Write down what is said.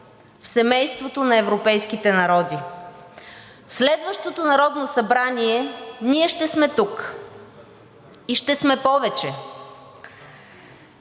в семейството на европейските народи. В следващото Народно събрание ние ще сме тук и ще сме повече.